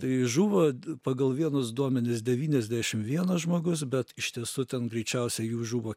tai žuvo pagal vienus duomenis devyniasdešim vienas žmogus bet iš tiesų ten greičiausiai jų žuvo